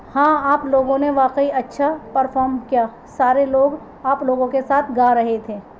ہاں آپ لوگوں نے واقعی اچھا پرفارم کیا سارے لوگ آپ لوگوں کے ساتھ گا رہے تھے